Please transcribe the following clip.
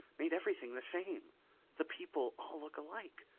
made everything the same the people all look alike.